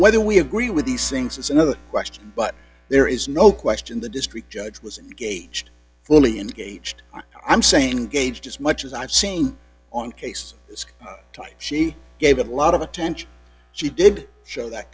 whether we agree with these things is another question but there is no question the district judge was engaged fully engaged i'm saying gauged as much as i've seen on case this time she gave a lot of attention she did show that